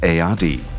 ARD